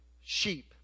sheep